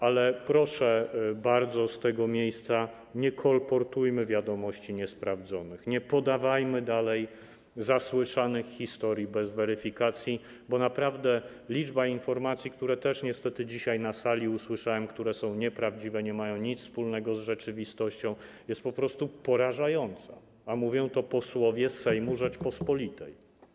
Ale bardzo proszę z tego miejsca, nie kolportujmy wiadomości niesprawdzonych, nie podawajmy dalej zasłyszanych historii bez weryfikacji, bo naprawdę liczba informacji, które też niestety dzisiaj usłyszałem na sali, które są nieprawdziwe, nie mają nic wspólnego z rzeczywistością, jest po prostu porażająca, a mówią to posłowie Sejmu Rzeczypospolitej.